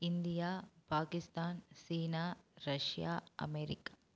India Pakistan China Russia America